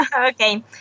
Okay